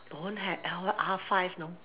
don't have L one R five you know